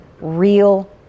real